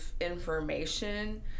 information